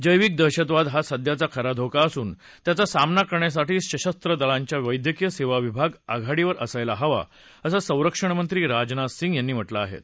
जैविक दहशतवाद हा सध्याचा खरा धोका असून त्याचा सामना करण्यासाठी सशस्त्र दलांच्या वैद्यकीय सद्या विभाग आघाडीवर असायला हवा असं संरक्षणमंत्री राजनाथ सिंग यांनी म्हटलं आहा